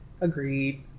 agreed